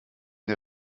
der